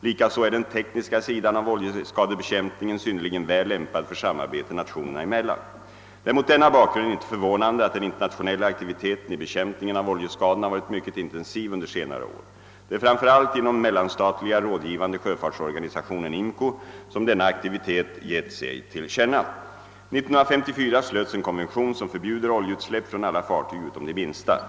Likaså är den tekniska sidan av oljeskadebekämpningen synnerligen väl lämpad för samarbete nationerna emellan. Det är mot denna bakgrund inte förvånande att den internationella aktiviteten i bekämpningen av oljeskadorna varit mycket intensiv under senare år. Det är framför allt inom den mellanstatliga rådgivande sjöfartsorganisationen som denna aktivitet gett sig till känna. År 1954 slöts en konvention som förbjuder oljeutsläpp från alla fartyg utom de minsta.